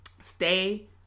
Stay